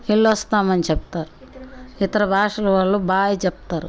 వెళ్ళొస్తామని చెప్తారు ఇతర భాషల వాళ్ళూ బై చెప్తారు